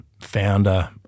founder